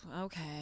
Okay